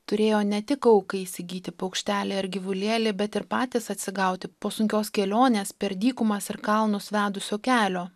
turėjo ne tik aukai įsigyti paukštelį ar gyvulėlį bet ir patys atsigauti po sunkios kelionės per dykumas ir kalnus vedusio kelio